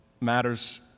matters